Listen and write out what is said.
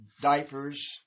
diapers